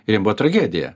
ir jiem buvo tragedija